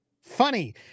Funny